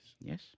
Yes